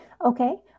Okay